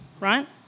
right